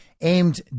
aimed